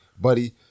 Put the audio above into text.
buddy